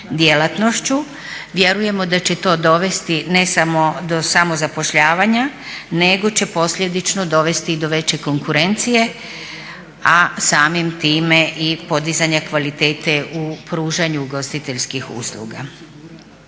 djelatnošću. Vjerujemo da će to dovesti ne samo do samozapošljavanja nego će posljedično dovesti i do veće konkurencije, a samim time i podizanja kvalitete u pružanju ugostiteljskih usluga.